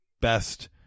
best